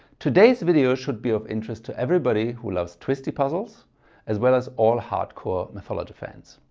today's video should be of interest to everybody who loves twisty puzzles as well as all hardcore mathologer fans.